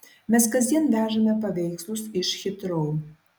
mes kasdien vežame paveikslus iš hitrou